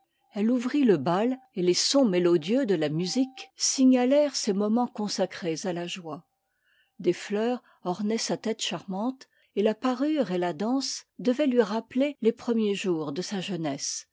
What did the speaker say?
elle ouvrit le bal et tes sons mélodieux de la musique signalèrent ces moments consacrés à la joie des fleurs ornaient sa tête charmante et la parure et la danse devaient lui rappeler tes premiers jours de sa jeunesse